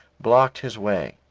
blocked his way.